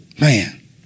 Man